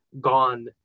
gone